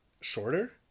shorter